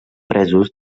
presos